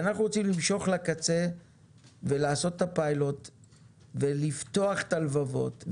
אנחנו רוצים למשוך לקצה ולעשות את הפיילוט ולפתוח את הלבבות.